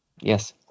Yes